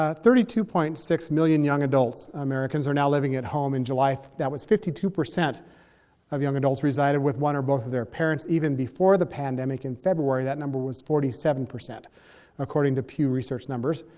ah thirty two point six million young adults, americans, are now living at home in july. that was fifty two percent of young adults resided with one or both of their parents. even before the pandemic in february, that number was forty seven percent according to pew research numbers.